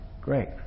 Great